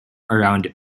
around